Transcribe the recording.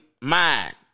mind